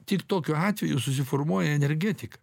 tik tokiu atveju susiformuoja energetika